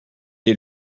est